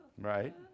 Right